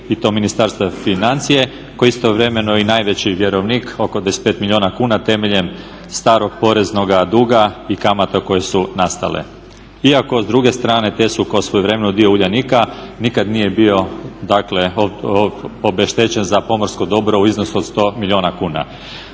i to Ministarstva financija koji je istovremeno i najveći vjerovnik oko 25 milijuna kuna temeljem starog poreznoga duga i kamatama koje su nastala. Iako s druge strane TESU kao svojevremeno dio Uljanika nikad nije bio obeštećen za pomorsko dobro u iznosu od 100 milijuna kuna.